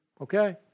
Okay